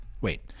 Wait